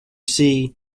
see